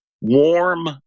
warm